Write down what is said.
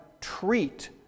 treat